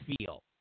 feel